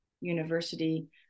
university